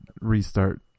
restart